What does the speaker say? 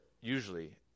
usually